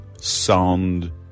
sound